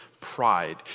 pride